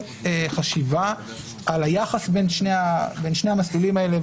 חשיבה על היחס בין שני המסלולים האלה,